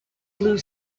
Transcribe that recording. blue